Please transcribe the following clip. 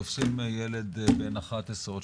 תופסים ילד בן 11 או 12